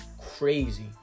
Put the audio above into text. crazy